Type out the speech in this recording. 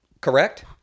correct